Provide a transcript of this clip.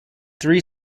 three